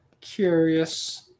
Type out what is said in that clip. Curious